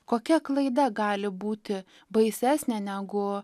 kokia klaida gali būti baisesnė negu